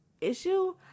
issue